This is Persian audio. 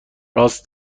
راس